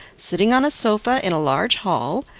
sitting on a sofa in a large hall,